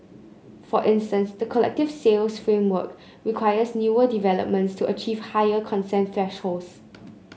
for instance the collective sales framework requires newer developments to achieve higher consent thresholds